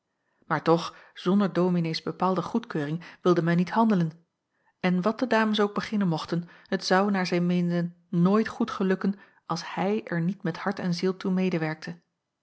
maar toch zonder dominees bepaalde goedkeuring wilde men niet handelen en wat de dames ook beginnen mochten het zou naar zij meenden nooit goed gelukken als hij er niet met hart en ziel toe medewerkte